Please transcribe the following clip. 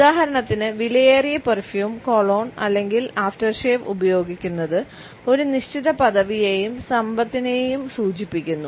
ഉദാഹരണത്തിന് വിലയേറിയ perfume cologne അല്ലെങ്കിൽ ആഫ്റ്റർഷേവ് ഉപയോഗിക്കുന്നത് ഒരു നിശ്ചിത പദവിയെയും സമ്പത്തിനെയും സൂചിപ്പിക്കുന്നു